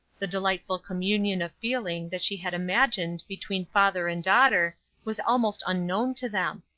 the delightful communion of feeling that she had imagined between father and daughter was almost unknown to them.